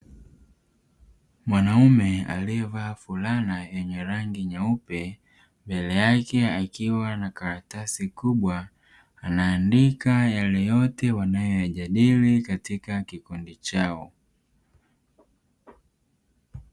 Mwanaume aliyevaa fulana yenye rangi nyeupe mbele yake akiwa na karatsi kubwa, anaandika yale yote wanayoyajadili katika kikundi chao.